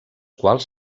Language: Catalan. quals